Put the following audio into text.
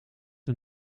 een